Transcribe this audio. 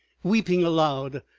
weeping aloud,